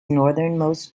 northernmost